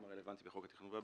הרלוונטיים בחוק התכנון והבנייה.